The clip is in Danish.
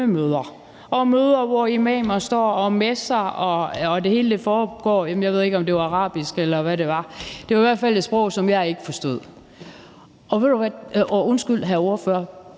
møder, hvor imamer står og messer og det hele foregår på arabisk, eller hvad det var – det var i hvert fald et sprog, som jeg ikke forstod. Undskyld, hr. ordfører,